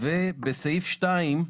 ובסעיף 2,